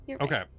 Okay